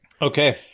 Okay